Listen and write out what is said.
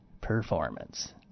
performance